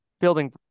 building